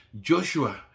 Joshua